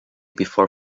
before